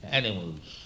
animals